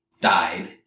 died